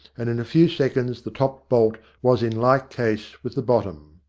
and in a few seconds the top bolt was in like case with the bottom.